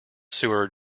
sewer